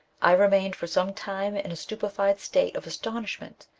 i remained for some time in a stupefied state of astonishment.